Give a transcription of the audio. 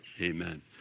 Amen